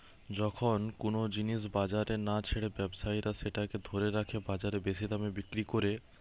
যখন কুনো জিনিস বাজারে না ছেড়ে ব্যবসায়ীরা সেটাকে ধরে রেখে বাজারে বেশি দামে বিক্রি কোরে